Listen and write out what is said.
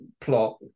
plot